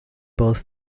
both